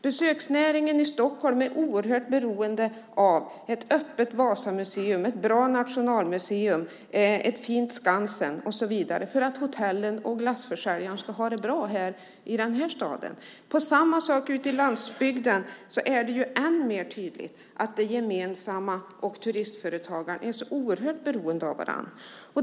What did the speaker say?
Besöksnäringen i Stockholm är oerhört beroende av ett öppet Vasamuseum, ett bra Nationalmuseum, ett fint Skansen och så vidare för att hotellen och glassförsäljarna ska ha det bra i den här staden. Ute på landsbygden är det än mer tydligt att det gemensamma och turistföretagaren är så oerhört beroende av varandra.